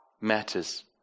matters